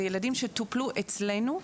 זה ילדים שטופלו אצלנו,